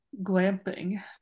Glamping